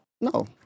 No